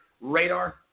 radar